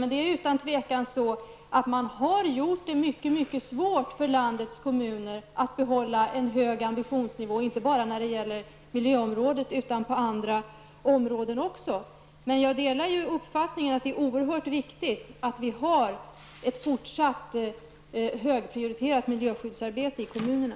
Men det är utan tvivel så, att man har gjort det synnerligen svårt för landets kommuner att behålla en hög ambitionsnivå -- och då inte bara på miljöområdet utan också på andra områden. Jag delar dock uppfattningen att det är oerhört viktigt att vi även i fortsättningen har ett högprioriterat miljöskyddsarbete ute i kommunerna.